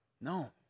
No